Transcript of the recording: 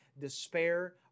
despair